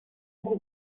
into